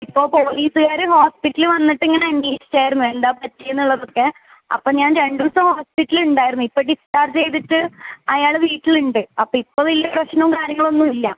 ഇപ്പോൾ പോലീസുകാർ ഹോസ്പിറ്റലിൽ വന്നിട്ട് ഇങ്ങനെ അന്വേഷിച്ചായിരുന്നു എന്താണ് പറ്റിയതെന്ന് ഉള്ളതൊക്കെ അപ്പം ഞാൻ രണ്ട് ദിവസം ഹോസ്പിറ്റലിൽ ഉണ്ടായിരുന്നു ഇപ്പം ഡിസ്ചാർജ് ചെയ്തിട്ട് അയാൾ വീട്ടിലുണ്ട് അപ്പം ഇപ്പം വലിയ പ്രശ്നവും കാര്യങ്ങളൊന്നുമില്ല